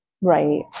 right